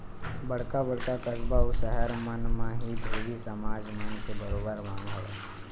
बड़का बड़का कस्बा अउ सहर मन म ही धोबी समाज मन के बरोबर मांग हवय